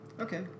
Okay